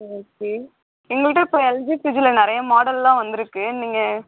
ம் ஓகே எங்கள்கிட்ட இப்போ எல்ஜி ஃப்ரிட்ஜில் நிறைய மாடல்லாம் வந்துருக்கு நீங்கள்